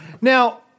Now